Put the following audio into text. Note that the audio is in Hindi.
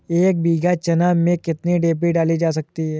एक बीघा चना में कितनी डी.ए.पी डाली जा सकती है?